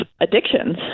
addictions